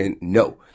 No